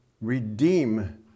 redeem